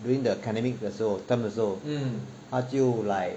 during the academic 的时候 term 的时候她就 like